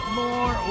more